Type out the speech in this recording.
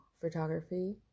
photography